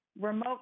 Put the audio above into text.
Remote